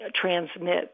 transmit